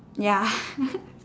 ya